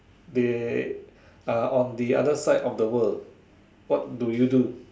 they are on the other side of the world what do you do